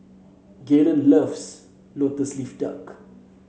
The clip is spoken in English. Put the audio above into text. Galen loves lotus leaf duck